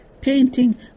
Painting